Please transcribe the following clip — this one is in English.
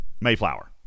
Mayflower